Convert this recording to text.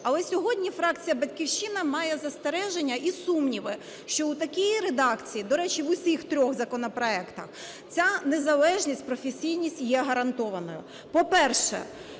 Але сьогодні фракція "Батьківщина" має застереження і сумніви, що у такій редакції, до речі, в усіх трьох законопроектах ця незалежність і професійність є гарантованою.